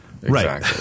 Right